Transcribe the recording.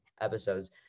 episodes